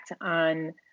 on